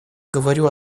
говорю